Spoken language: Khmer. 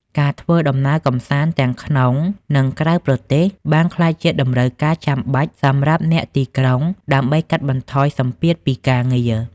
ការធ្វើដំណើរកម្សាន្តទាំងក្នុង និងក្រៅប្រទេស បានក្លាយជាតម្រូវការចាំបាច់សម្រាប់អ្នកទីក្រុងដើម្បីកាត់បន្ថយសម្ពាធពីការងារ។